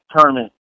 tournament